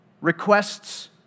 requests